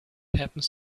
happens